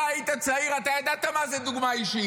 אתה היית צעיר, אתה ידעת מה זה דוגמה אישית.